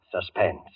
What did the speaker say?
suspense